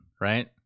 right